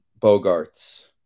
Bogarts